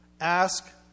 Ask